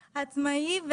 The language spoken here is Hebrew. עצמאי.